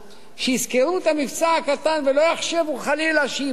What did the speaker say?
שיזכרו את המבצע הקטן ולא יחשבו חלילה שאיבדנו את